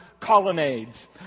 colonnades